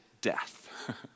death